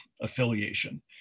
affiliation